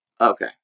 okay